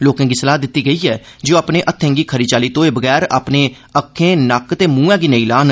लोकें गी इब्बी सलाह दित्ती गेई ऐ जे ओह अपने हत्थें गी खरी चाल्ली घोए बगैर अपने अक्खें नक्क ते मुंहै गी नेई लान